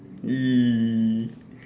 !ee!